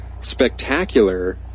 spectacular